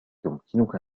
يمكنك